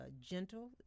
gentle